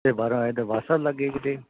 ਦਰਬਾਰ ਸਾਹਿਬ ਲਾਗੇ ਕਿਤੇ